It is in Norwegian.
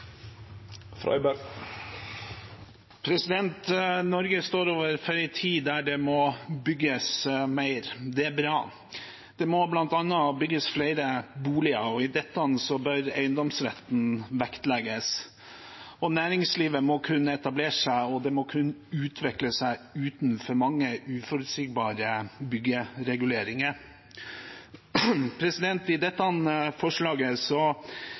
Norge står overfor en tid der det må bygges mer. Det er bra. Det må bl.a. bygges flere boliger, og i dette bør eiendomsretten vektlegges. Næringslivet må kunne etablere seg, og det må kunne utvikle seg uten for mange uforutsigbare byggereguleringer. I dette forslaget